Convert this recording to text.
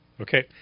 Okay